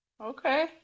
Okay